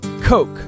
Coke